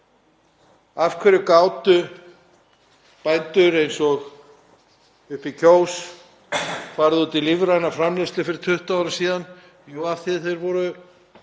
Af hverju gátu bændur eins og uppi í Kjós farið út í lífræna framleiðslu fyrir 20 árum síðan? Jú, af því þeir vildu